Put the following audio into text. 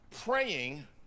praying